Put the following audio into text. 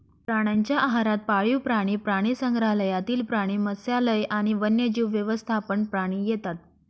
प्राण्यांच्या आहारात पाळीव प्राणी, प्राणीसंग्रहालयातील प्राणी, मत्स्यालय आणि वन्यजीव व्यवस्थापन प्राणी येतात